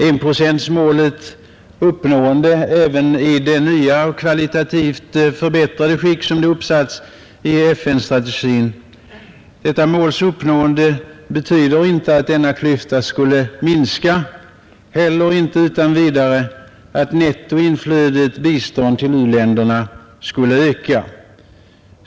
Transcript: Uppnåendet av enprocentsmålet, även i det nya och kvalitativt förbättrade skick i vilket det uppställts i FN-strategin, betyder inte att denna klyfta skulle minska, inte heller utan vidare att nettoinflödet av bistånd till u-länderna skulle öka.